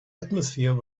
atmosphere